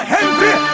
Henry